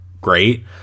great